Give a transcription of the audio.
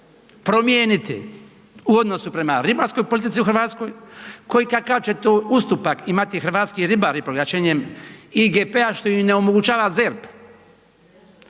promijeniti u odnosu prema ribarskoj politici u Hrvatskoj koji kakav će to ustupak imati hrvatski ribari proglašenjem IGP-a što im onemogućava ZERP.